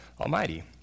almighty